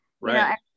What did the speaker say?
right